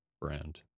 brand